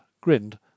grinned